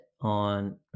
on